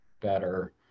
better